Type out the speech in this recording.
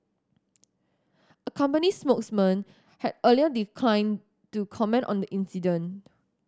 a company spokesman had earlier declined to comment on the incident